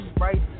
right